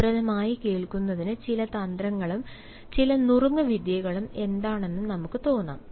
ഫലപ്രദമായ കേൾക്കുന്നതിന് ചില തന്ത്രങ്ങളും ചില നുറുങ് വിദ്യകളും എന്താണെന്ന് നമുക്ക് നോക്കാം